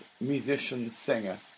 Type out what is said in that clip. musician-singer